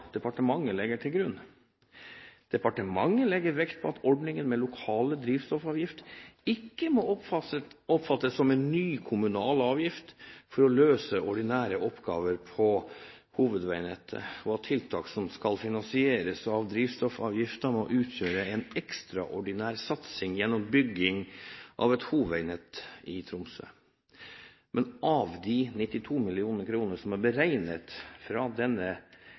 departementet legger til grunn: Departementet legger vekt på at ordningen med lokal drivstoffavgift ikke må oppfattes som en ny kommunal avgift for å løse ordinære oppgaver på hovedveinettet, og at tiltak som skal finansieres av drivstoffavgiften, må utgjøre en ekstraordinær satsing gjennom bygging av et hovedveinett i Tromsø. Men av de 92 mill. kr som er beregnet fra denne